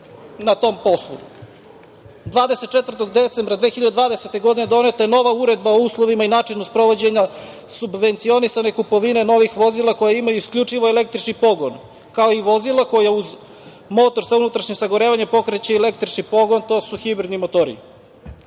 24. decembra 2020. godine doneta je nova uredba o uslovima i načinu sprovođenja subvencionisane kupovine novih vozila koje imaju isključivo električni pogon, kao i vozila koja uz motor za unutrašnje sagorevanje pokreće i električni pogon. To su hibridni motori.